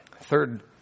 Third